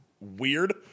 weird